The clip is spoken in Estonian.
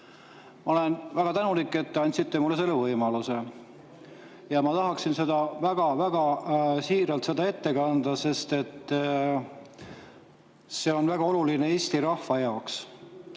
Ma olen väga tänulik, et te andsite mulle selle võimaluse. Ja ma tahaksin väga-väga siiralt seda ette kanda, sest [eelnõu] on väga oluline Eesti rahva jaoks.